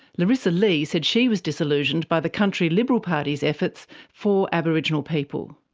larisa lee said she was disillusioned by the country liberal party's efforts for aboriginal people.